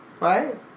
right